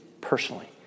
personally